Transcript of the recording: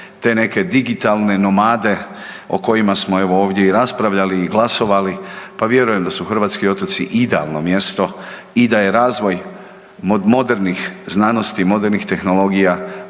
te neke digitalne nomade o kojima smo evo ovdje i raspravljali i glasovali, pa vjerujem da su hrvatski otoci idealno mjesto i da je razvoj modernih znanosti i modernih tehnologija